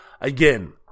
again